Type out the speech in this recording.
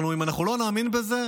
אם אנחנו לא נאמין בזה,